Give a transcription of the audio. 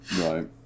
Right